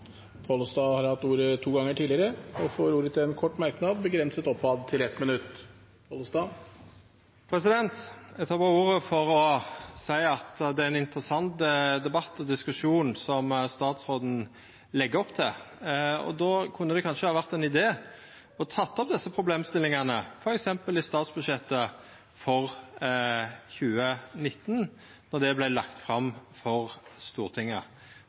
Pollestad har hatt ordet to ganger tidligere og får ordet til en kort merknad, begrenset oppad til 1 minutt. Eg tek berre ordet for å seia at det er ein interessant debatt og diskusjon som statsråden legg opp til. Då kunne det kanskje ha vore ein idé å ha teke opp desse problemstillingane f.eks. i statsbudsjettet for 2019 då det vart lagt fram for Stortinget.